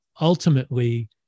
ultimately